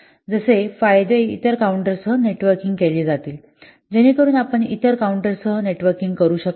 तर जसे फायदे इतर काउंटरसह नेटवर्किंग केले जातील जेणेकरून आपण इतर काउंटरसह नेटवर्किंग करू शकता